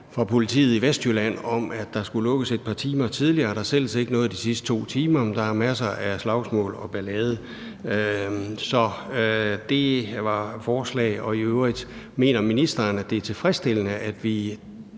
fra politiet i Vestjylland om, at der skulle lukkes et par timer tidligere. Der sælges ikke noget de sidste 2 timer, men der er masser af slagsmål og ballade. Det er et forslag. Mener ministeren i øvrigt, at det er tilfredsstillende, at